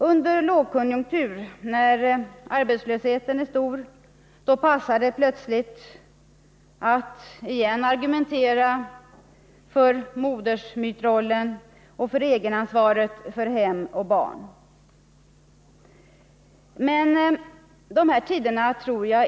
Under en lågkonjunktur, när arbetslösheten är stor, passar det plötsligt igen att argumentera för modersmytsrollen och egenansvaret för hem och barn. Men jag tror att de tiderna är förbi.